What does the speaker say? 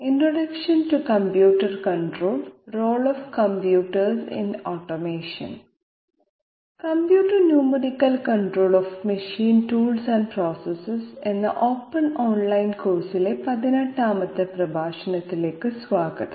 introduction to computer control role of computers in automation computer numerical control of machine tools and process എന്ന open online കോഴ്സിലെ 18 ാമത്തെ പ്രഭാഷണത്തിലേക്ക് സ്വാഗതം